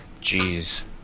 Jeez